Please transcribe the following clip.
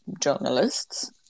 journalists